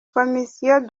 commission